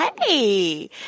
Hey